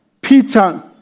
Peter